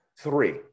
Three